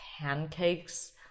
pancakes